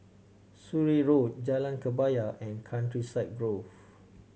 Surrey Road Jalan Kebaya and Countryside Grove